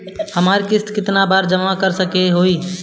हमरा किस्त केतना बार में जमा करे के होई?